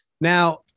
Now